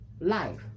life